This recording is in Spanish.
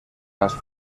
las